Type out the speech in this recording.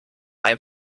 ein